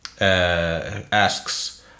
asks